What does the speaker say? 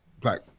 black